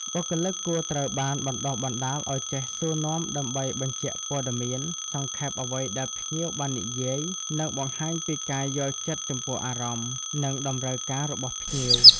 បុគ្គលិកគួរត្រូវបានបណ្តុះបណ្តាលឱ្យចេះសួរនាំដើម្បីបញ្ជាក់ព័ត៌មាន សង្ខេបអ្វីដែលភ្ញៀវបាននិយាយ និងបង្ហាញពីការយល់ចិត្តចំពោះអារម្មណ៍ និងតម្រូវការរបស់ភ្ញៀវ។